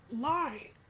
lie